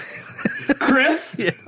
Chris